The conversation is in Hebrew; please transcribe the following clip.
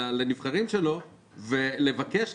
לנבחרים שלו ולבקש,